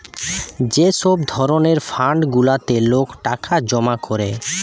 যে সব ধরণের ফান্ড গুলাতে লোক টাকা জমা করে